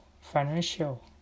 financial